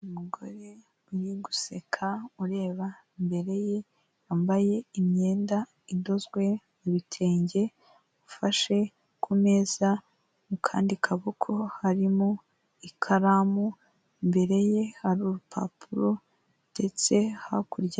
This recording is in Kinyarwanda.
Umugore uri guseka ureba imbere ye, wambaye imyenda idozwe mu bitenge, ufashe ku meza, mu kandi kaboko harimo ikaramu imbere ye, hari urupapuro ndetse hakurya.